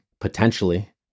potentially